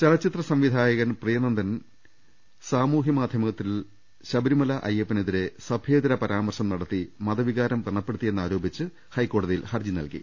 ചലച്ചിത്ര സംവിധായകൻ പ്രിയനന്ദൻ സാമൂഹ്യ മാധ്യമത്തിൽ ശബരിമല അയ്യപ്പനെതിരെ സഭ്യേതര പരാമർശം നടത്തി മതവികാരം വ്രണപ്പെടുത്തിയെന്നാരോപിച്ച് ഹൈക്കോടതിയിൽ ഹർജി നൽകി